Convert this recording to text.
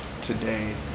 today